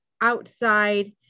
outside